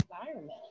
environment